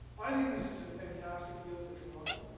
i think this is a fantastic deal for toronto,